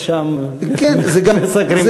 ושם מסקרים כמה רשויות.